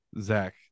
Zach